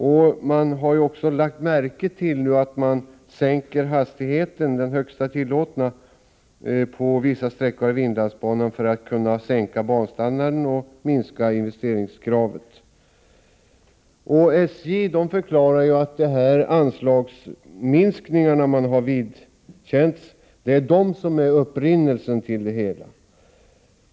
Vad som har inträffat är att den högsta tillåtna hastigheten sänks på vissa sträckor av inlandsbanan, för att banstandarden skall kunna sänkas och investeringskravet minskas. SJ förklarar att anslagsminskningarna är upprinnelsen till det hela.